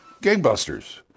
Gangbusters